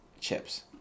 chips